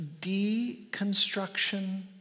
deconstruction